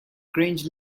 cringe